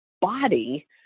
body